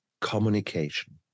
communication